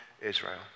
Israel